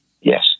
yes